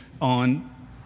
on